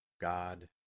God